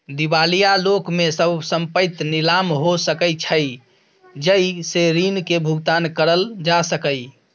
दिवालिया लोक के सब संपइत नीलाम हो सकइ छइ जइ से ऋण के भुगतान करल जा सकइ